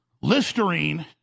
Listerine